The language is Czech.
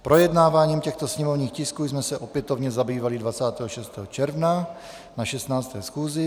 Projednáváním těchto sněmovních tisků jsme se opětovně zabývali 26. června na 16. schůzi.